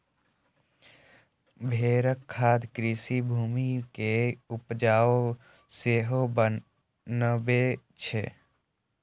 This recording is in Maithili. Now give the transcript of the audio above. भेड़क खाद कृषि भूमि कें उपजाउ सेहो बनबै छै